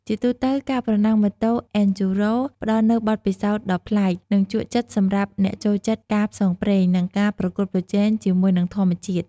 ជាទូទៅ ការប្រណាំងម៉ូតូ អេនឌ្យូរ៉ូ (Enduro) ផ្តល់នូវបទពិសោធន៍ដ៏ប្លែក និងជក់ចិត្តសម្រាប់អ្នកចូលចិត្តការផ្សងព្រេង និងការប្រកួតប្រជែងជាមួយនឹងធម្មជាតិ។